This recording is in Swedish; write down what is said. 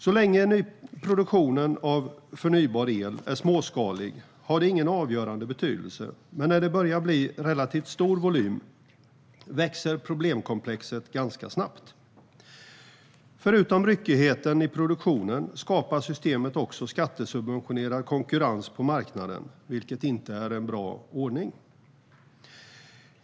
Så länge produktionen av förnybar el är småskalig har det ingen avgörande betydelse, men när det börjar bli en relativt stor volym växer problemkomplexet ganska snabbt. Förutom ryckigheten i produktionen skapar systemet också skattesubventionerad konkurrens på marknaden, vilket inte är en bra ordning.